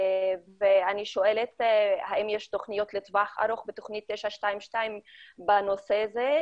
אני שואלת האם יש תוכניות לטווח ארוך בתוכנית 922 בנושא הזה.